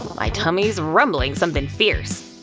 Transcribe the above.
my tummy's rumbling something fierce.